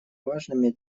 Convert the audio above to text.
важными